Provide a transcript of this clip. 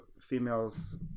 females